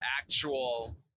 actual